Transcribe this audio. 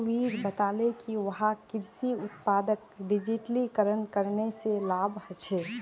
रघुवीर बताले कि वहाक कृषि उत्पादक डिजिटलीकरण करने से की लाभ ह छे